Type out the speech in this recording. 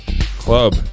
Club